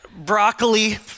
broccoli